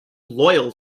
loyal